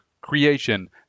creation